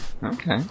Okay